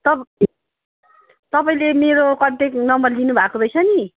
तपा तपाईँले मेरो कन्ट्याक नम्बर लिनुभएको रहेछ नि